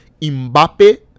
Mbappe